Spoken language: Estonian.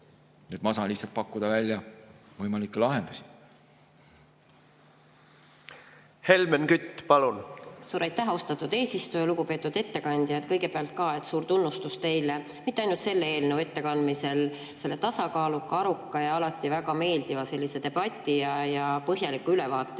Ma saan lihtsalt pakkuda välja võimalikke lahendusi. Helmen Kütt, palun! Suur aitäh, austatud eesistuja! Lugupeetud ettekandja! Kõigepealt suur tunnustus teile – ja mitte ainult selle eelnõu ettekandmisel – tasakaaluka, aruka ja alati väga meeldiva debati ja põhjaliku ülevaate